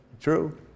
True